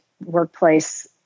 workplace